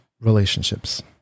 relationships